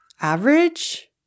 average